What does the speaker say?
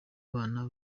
bana